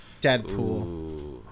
Deadpool